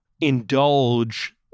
indulge